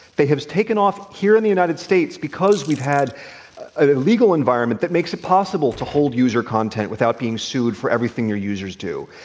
they have taken off here in the united states because we've had a legal environment that makes it possible to hold user content without being sued for everything your users do.